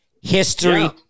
History